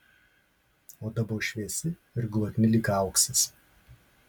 oda buvo šviesi ir glotni lyg auksas